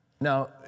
Now